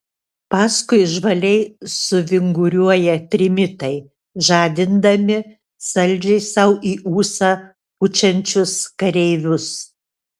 paskui žvaliai suvinguriuoja trimitai žadindami saldžiai sau į ūsą pučiančius kareivius